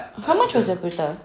how much was your kurta